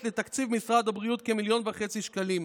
לתקציב משרד הבריאות כמיליון וחצי שקלים.